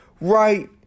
right